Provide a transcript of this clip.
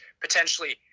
potentially